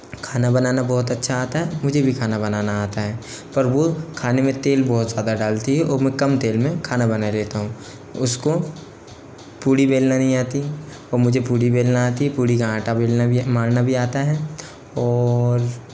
खाना बनाना बहुत अच्छा आता है मुझे भी खाना बनाना आता है पर वो खाने में तेल बहुत ज़्यादा डालती है और मैं कम तेल में खाना बना लेता हूँ उसको पूरी बेलना नहीं आती और मुझे पूरी बेलना आती है पूरी का आटा बेलना भी मारना भी आता है और